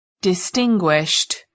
distinguished